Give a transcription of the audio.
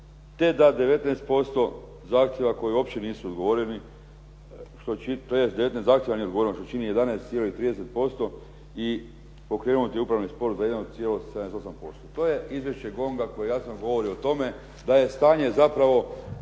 te da 19% zahtjeva koji uopće nisu odgovoreni, tj. 19 zahtjeva nije odgovoreno što čini 11,30% i pokrenut je upravni spor za 1,78%. To je izvješće GONG-a koje jasno govori o tome da je stanje zapravo